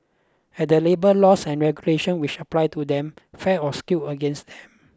are the labour laws and regulation which apply to them fair or skewed against